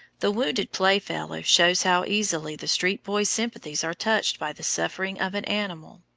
the wounded playfellow shows how easily the street boy's sympathies are touched by the suffering of an animal.